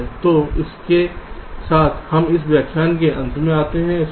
तो इसके साथ हम इस व्याख्यान के अंत में आते हैं